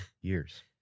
years